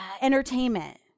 entertainment